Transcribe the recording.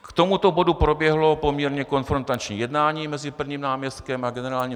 K tomuto bodu proběhlo poměrně konfrontační jednání mezi prvním náměstkem a generálním ředitelem.